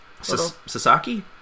Sasaki